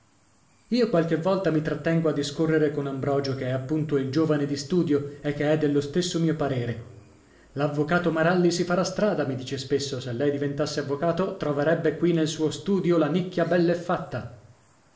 io qualche volta mi trattengo a discorrere con ambrogio che è appunto il giovane di studio e che è dello stesso mio parere l'avvocato maralli si farà strada mi dice spesso se lei diventasse avvocato troverebbe qui nel suo studio la nicchia bell'e fatta